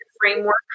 framework